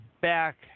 back